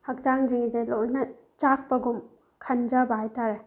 ꯍꯛꯆꯥꯡꯁꯤꯡꯁꯦ ꯂꯣꯏꯅ ꯆꯥꯛꯄꯒꯨꯝ ꯈꯟꯖꯕ ꯍꯥꯏꯇꯔꯦ